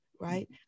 right